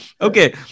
okay